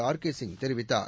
R K Singh தெரிவித்தார்